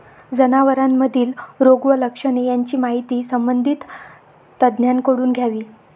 जनावरांमधील रोग व लक्षणे यांची माहिती संबंधित तज्ज्ञांकडून घ्यावी